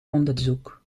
onderzoek